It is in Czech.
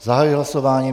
Zahajuji hlasování.